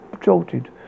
jolted